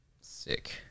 Sick